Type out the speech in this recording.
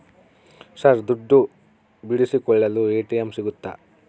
Sir ದುಡ್ಡು ಬಿಡಿಸಿಕೊಳ್ಳಲು ATM ಸಿಗುತ್ತಾ?